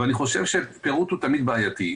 אבל אני חושב שפירוט הוא תמיד בעייתי,